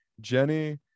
Jenny